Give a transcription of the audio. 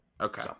Okay